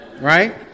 Right